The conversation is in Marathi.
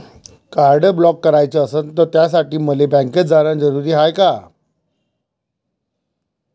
कार्ड ब्लॉक कराच असनं त त्यासाठी मले बँकेत जानं जरुरी हाय का?